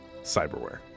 cyberware